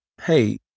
hey